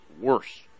worse